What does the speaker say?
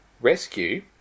Rescue